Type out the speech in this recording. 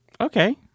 Okay